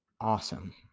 awesome